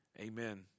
amen